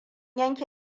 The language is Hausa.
yanke